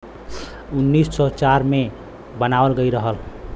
उन्नीस सौ चार मे बनावल गइल रहल